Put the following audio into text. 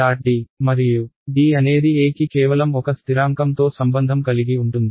D మరియు D అనేది E కి కేవలం ఒక స్థిరాంకం తో సంబంధం కలిగి ఉంటుంది